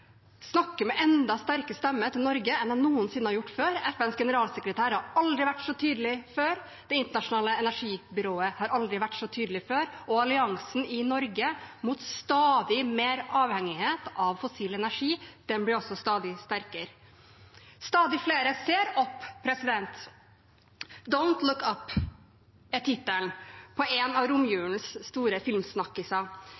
med enda sterkere stemme til Norge enn de, noensinne, har gjort før. FNs generalsekretær har aldri vært så tydelig før. Det internasjonale energibyrået har aldri vært så tydelig før. Og alliansen i Norge mot stadig mer avhengighet av fossil energi blir også stadig sterkere. Stadig flere ser opp. «Don’t look up» er tittelen på en av